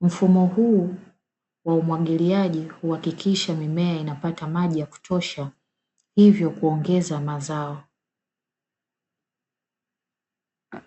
Mfumo huu wa umwagiliaji huhakikisha mimea inapata maji ya kutosha, hivyo kuongeza mazao.